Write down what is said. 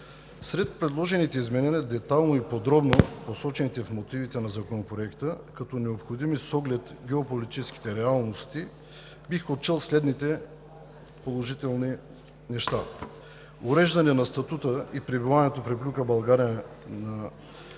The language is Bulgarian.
Сред предложените изменения, детайлно и подробно посочени в мотивите на Законопроекта като необходими с оглед геополитическите реалности, бих отчел следните положителни неща: първо, уреждане на статута и пребиваването в Република България на